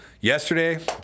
yesterday